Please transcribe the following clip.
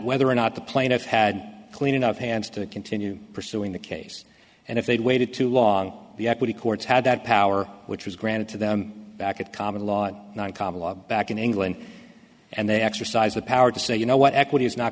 whether or not the plaintiff had clean enough hands to continue pursuing the case and if they'd waited too long the equity courts had that power which was granted to them back at common law one common law back in england and they exercise the power to say you know what equity is not